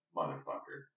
Motherfucker